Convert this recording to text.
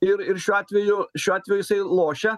ir ir šiuo atveju šiuo atveju jisai lošia